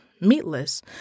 meatless